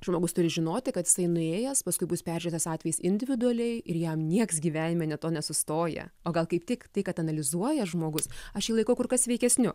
žmogus turi žinoti kad jisai nuėjęs paskui bus peržiūrėtas atvejis individualiai ir jam nieks gyvenime ne to nesustoja o gal kaip tik tai kad analizuoja žmogus aš jį laikau kur kas sveikesniu